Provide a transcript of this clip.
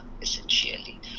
essentially